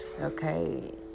Okay